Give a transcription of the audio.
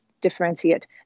differentiate